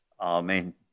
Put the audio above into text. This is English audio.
Amen